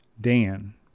Dan